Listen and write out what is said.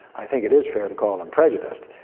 i think that it's fair to call them prejudiced.